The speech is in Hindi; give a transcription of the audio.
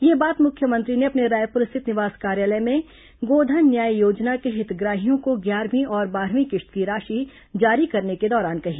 यह बात मुख्यमंत्री ने अपने रायपुर स्थित निवास कार्यालय में गोधन न्याय योजना के हितग्राहियों को ग्यारहवीं और बारहवीं किश्त की राशि जारी करने के दौरान कही